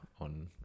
on